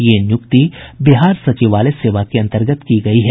ये नियुक्ति बिहार सचिवालय सेवा के अंतर्गत की गयी है